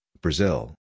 Brazil